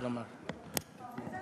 אתה עומד על זה?